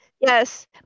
yes